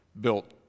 built